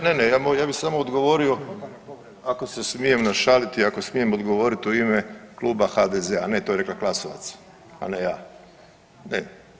Ne, ne ja bi samo odgovorio ako se smijem našaliti, ako smijem odgovoriti u ime HDZ-a, ne to je rekla Glasovac, a ne ja, ne.